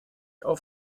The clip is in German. auf